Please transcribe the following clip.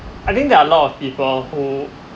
I think there are a lot of people who